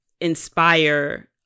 inspire